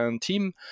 team